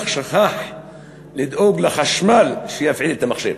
אך שכח לדאוג לחשמל שיפעיל את המחשב.